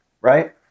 Right